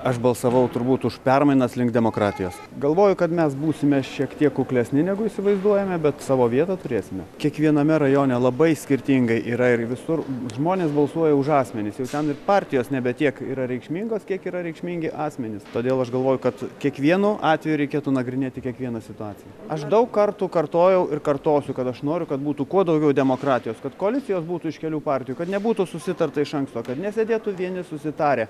aš balsavau turbūt už permainas link demokratijos galvoju kad mes būsime šiek tiek kuklesni negu įsivaizduojame bet savo vietą turėsime kiekviename rajone labai skirtingai yra ir visur žmonės balsuoja už asmenis jau ten ir partijos nebe tiek yra reikšmingos kiek yra reikšmingi asmenys todėl aš galvoju kad kiekvienu atveju reikėtų nagrinėti kiekvieną situaciją aš daug kartų kartojau ir kartosiu kad aš noriu kad būtų kuo daugiau demokratijos kad koalicijos būtų iš kelių partijų kad nebūtų susitarta iš anksto kad nesėdėtų vieni susitarę